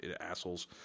assholes